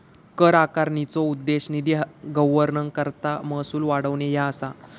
कर आकारणीचो उद्देश निधी गव्हर्निंगकरता महसूल वाढवणे ह्या असा